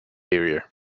area